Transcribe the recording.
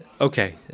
okay